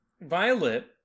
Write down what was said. Violet